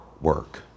work